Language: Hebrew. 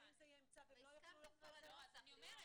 אבל אם זה יהיה --- אז אני אומרת